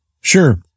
Sure